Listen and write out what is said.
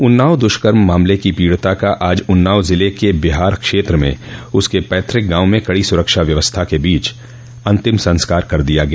उन्नाव दुष्कर्म मामले की पीड़िता का आज उन्नाव जिले के बिहार क्षेत्र में उसके पैतृक गांव में कड़ी सुरक्षा व्यवस्था के बीच अंतिम संस्कार कर दिया गया